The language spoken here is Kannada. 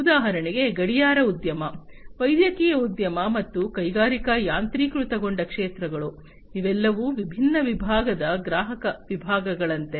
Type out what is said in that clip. ಉದಾಹರಣೆಗೆ ಗಡಿಯಾರ ಉದ್ಯಮ ವೈದ್ಯಕೀಯ ಉದ್ಯಮ ಮತ್ತು ಕೈಗಾರಿಕಾ ಯಾಂತ್ರೀಕೃತಗೊಂಡ ಕ್ಷೇತ್ರಗಳು ಇವೆಲ್ಲವೂ ವಿಭಿನ್ನ ವಿಭಾಗದ ಗ್ರಾಹಕ ವಿಭಾಗಗಳಂತೆ